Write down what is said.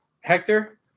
Hector